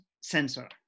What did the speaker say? sensor